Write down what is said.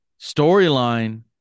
Storyline